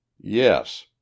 Yes